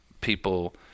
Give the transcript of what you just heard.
people